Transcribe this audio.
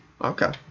Okay